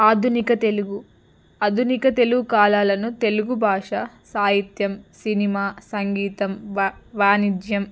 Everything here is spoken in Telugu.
ఆధునిక తెలుగు ఆధునిక తెలుగు కాలాలను తెలుగు భాష సాహిత్యం సినిమా సంగీతం వా వాణిజ్యం